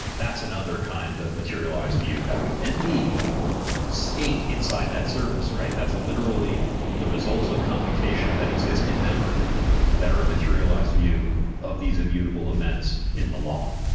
that's another kind of materialized view that would then be state inside that service, right? that's literally the results of computations that exist in-memory that are a materialized view of these immutable events in the log.